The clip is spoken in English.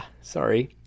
sorry